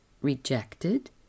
rejected